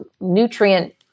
nutrient